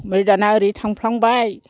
ओमफ्राय दाना ओरै थांफ्लांबाय